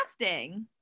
crafting